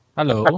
Hello